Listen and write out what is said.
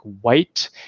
white